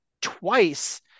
twice